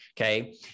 Okay